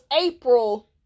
April